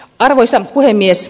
arvoisa puhemies